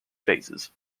phases